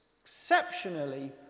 exceptionally